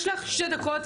יש לך שתי דקות,